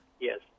Yes